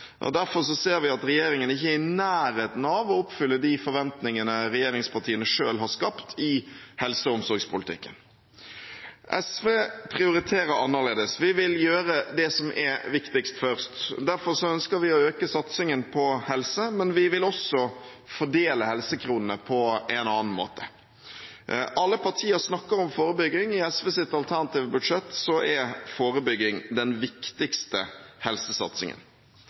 begrenset. Derfor ser vi at regjeringen ikke er i nærheten av å oppfylle de forventningene regjeringspartiene selv har skapt i helse- og omsorgspolitikken. SV prioriterer annerledes. Vi vil gjøre det som er viktigst først. Derfor vil vi øke satsingen på helse, men vi vil også fordele helsekronene på en annen måte. Alle partier snakker om forebygging – i SVs alternative budsjett er forebygging den viktigste helsesatsingen.